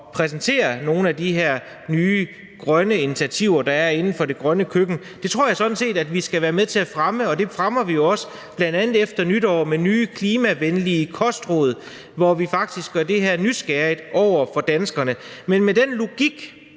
præsentere nogle af de her nye grønne initiativer, der er inden for det grønne køkken. Det tror jeg sådan set at vi skal være med til at fremme, og det fremmer vi jo også, bl.a. efter nytår, med nye klimavenlige kostråd, hvor vi faktisk kan skabe en nysgerrighed over for det her hos danskerne. Men med den logik